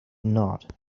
not